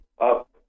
up